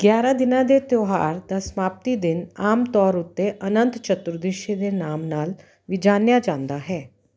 ਗਿਆਰ੍ਹਾਂ ਦਿਨਾਂ ਦੇ ਤਿਉਹਾਰ ਦਾ ਸਮਾਪਤੀ ਦਿਨ ਆਮ ਤੌਰ ਉੱਤੇ ਅਨੰਤ ਚਤੁਰਦਸ਼ੀ ਦੇ ਨਾਮ ਨਾਲ ਵੀ ਜਾਣਿਆ ਜਾਂਦਾ ਹੈ